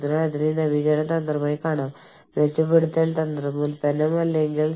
അതിനാൽ ഈ വ്യത്യസ്ത സങ്കീർണ്ണതകളെ നേരിടാൻ സിസ്റ്റം സജ്ജമാകേണ്ടതുണ്ട്